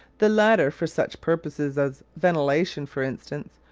the latter, for such purposes as ventilation, for instance,